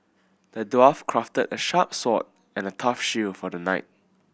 the dwarf crafted a sharp sword and a tough shield for the knight